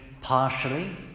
partially